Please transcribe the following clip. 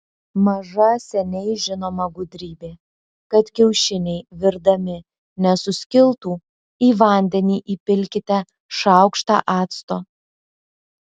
maža seniai žinoma gudrybė kad kiaušiniai virdami nesuskiltų į vandenį įpilkite šaukštą acto